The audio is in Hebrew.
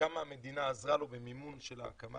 כמה המדינה עזרה לו במימון של ההקמה,